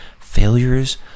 failures